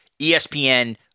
ESPN